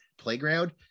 playground